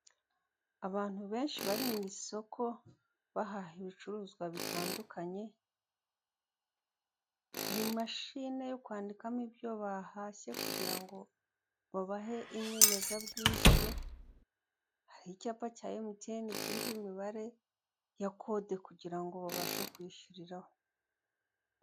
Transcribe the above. Abantu benshi bari mu isoko, bahaha ibicuruzwa bitandukanye, hari mashine yo kwandikamo ibyo bahashye kugirango babahe inyemezabwishyu, hari icyapa cya MTN kiriho imibare ya kode kugirango babashe kwishyuriraho.